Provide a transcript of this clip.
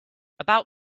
about